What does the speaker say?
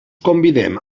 convidem